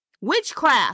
Witchcraft